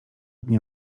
dnia